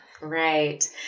Right